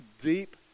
deep